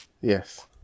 yes